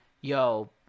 Yo